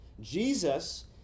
Jesus